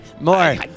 More